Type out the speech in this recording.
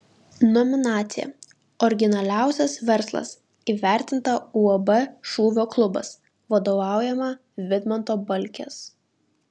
nominacija originaliausias verslas įvertinta uab šūvio klubas vadovaujama vidmanto balkės